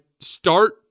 start